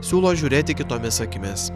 siūlo žiūrėti kitomis akimis